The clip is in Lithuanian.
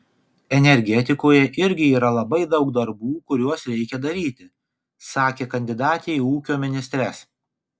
energetikoje irgi yra labai daug darbų kuriuos reikia daryti sakė kandidatė į ūkio ministres